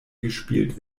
gespielt